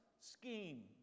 scheme